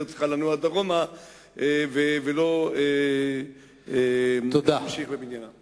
צריכה לנוע דרומה ולא להמשיך בבנייה.